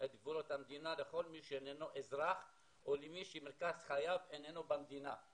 את גבולות המדינה לכל מי שאיננו אזרח או למי שמרכז חייו איננו במדינה'.